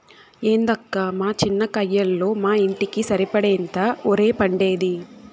ఏందక్కా మా చిన్న కయ్యలో మా ఇంటికి సరిపడేంత ఒరే పండేది